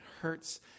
hurts